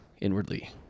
inwardly